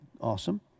awesome